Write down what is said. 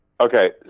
Okay